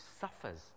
suffers